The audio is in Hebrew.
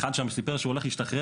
אחד שם סיפר שהוא הולך להשתחרר.